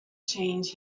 change